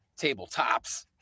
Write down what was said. tabletops